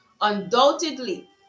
undoubtedly